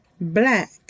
black